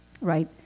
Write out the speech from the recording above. right